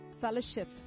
fellowship